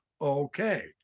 Okay